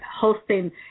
hosting